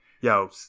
Yo